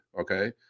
okay